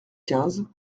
quinze